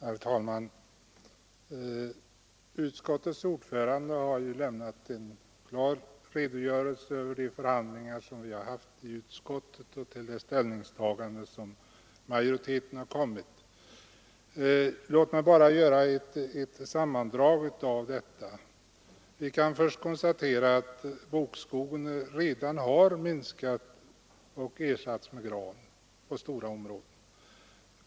Herr talman! Utskottets ordförande har lämnat en klar redogörelse för de förhandlingar vi har fört i utskottet och det ställningstagande som majoriteten kommit till. Låt mig bara göra ett sammandrag av detta. Det kan till att börja med konstateras att bokskogen redan har minskat och ersatts med gran på stora områden.